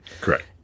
Correct